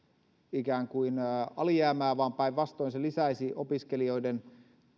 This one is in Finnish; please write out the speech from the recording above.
alijäämää vaan päinvastoin se lisäisi opiskelijoiden